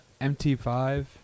MT5